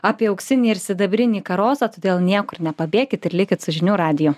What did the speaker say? apie auksinį ir sidabrinį karosą todėl niekur nepabėkit ir likit su žinių radiju